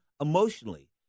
emotionally